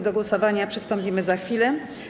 Do głosowania przystąpimy za chwilę.